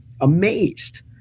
amazed